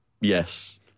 Yes